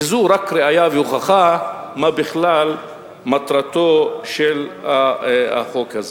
וזו רק ראיה והוכחה מה בכלל מטרתו של החוק הזה.